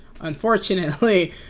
unfortunately